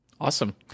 Awesome